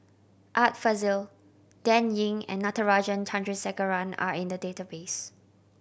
Art Fazil Dan Ying and Natarajan Chandrasekaran are in the database